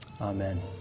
Amen